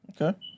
Okay